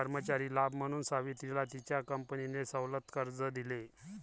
कर्मचारी लाभ म्हणून सावित्रीला तिच्या कंपनीने सवलत कर्ज दिले